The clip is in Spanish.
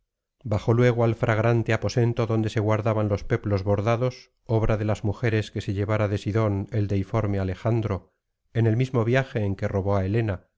bajó luego al fragranté aposento donde se guardaban los peplos bordados obra de las mujeres que se llevara de sidón el deiforme alejandro en el mismo viaje en que robó á helena